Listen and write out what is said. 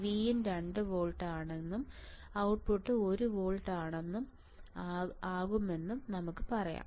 Vin 2 volt ആണെന്നും output 1 volt ആകുമെന്നും നമുക്ക് പറയാം